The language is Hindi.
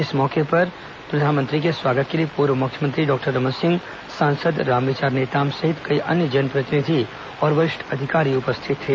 इस मौके पर प्रधानमंत्री के स्वागत के लिए पूर्व मुख्यमंत्री डॉक्टर रमन सिंह सांसद रामविचार नेताम सहित कई अन्य जनप्रतिनिधि और वरिष्ठ अधिकारी उपस्थित थे